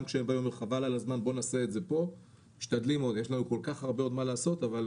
יש לנו כל כך הרבה מה לעשות, אבל